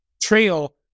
trail